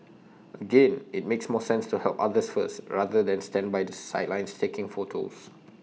again IT makes more sense to help others first rather than stand by the sidelines taking photos